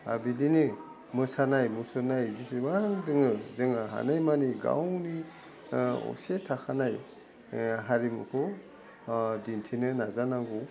आरो बिदिनो मोसानाय मुसुरनाय जिसिबां दङो जोङो हानाय मानि गावनि असे थाखानाय हारिमुखौ दिन्थिनो नाजानांगौ